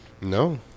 No